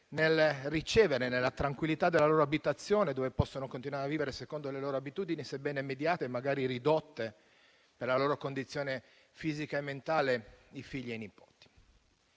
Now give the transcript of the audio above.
e nipoti nella tranquillità della loro abitazione, dove possono continuare a vivere secondo le loro abitudini, sebbene mediate e magari ridotte per la loro condizione fisica e mentale. A questo